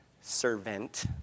Servant